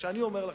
אני אומר לכם,